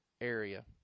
area